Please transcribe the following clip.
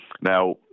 Now